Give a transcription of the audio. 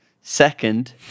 Second